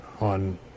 on